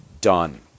done